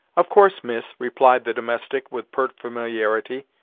of course, miss replied the domestic, with pert familiarity,